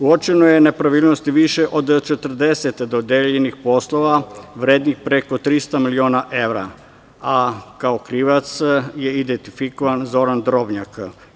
Uočene nepravilnosti su više od 40 dodeljenih poslova, vrednih preko 300 miliona evra, a kao krivac je identifikovan Zoran Drobnjak.